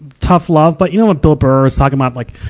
tough love, but you know what bill burr was talking about, like,